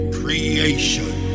creation